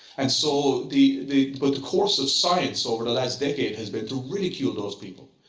and so the the but course of science over the last decade has been to ridicule those people.